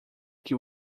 que